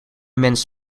mens